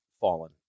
fallen